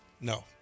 No